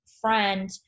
friend